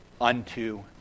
unto